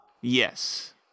Yes